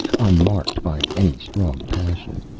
unmarked by any strong passion.